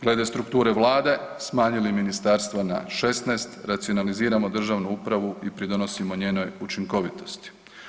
Gledali strukture Vlade smanjili ministarstva na 16, racionaliziramo državnu upravu i pridonosimo njenoj učinkovitosti.